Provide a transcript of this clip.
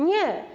Nie.